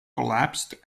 collapsed